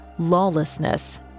lawlessness